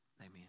Amen